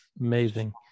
amazing